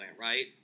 right